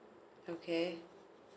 okay